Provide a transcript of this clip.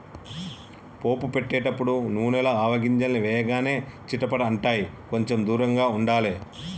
పోపు పెట్టేటపుడు నూనెల ఆవగింజల్ని వేయగానే చిటపట అంటాయ్, కొంచెం దూరంగా ఉండాలే